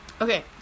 Okay